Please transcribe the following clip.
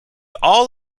all